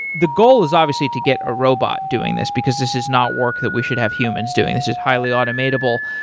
the goal is obviously to get a robot doing this because this is not work that we should have humans do. this is highly automatable,